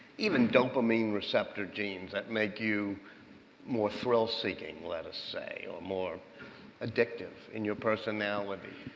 even dopamine receptor genes that make you more thrill-seeking, let us say, or more addictive in your personality.